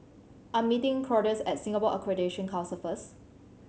I'm meeting Claudius at Singapore Accreditation Council first